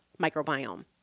microbiome